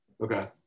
Okay